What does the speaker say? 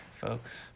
folks